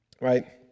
right